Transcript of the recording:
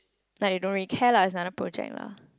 like you don't really care lah it's another project lah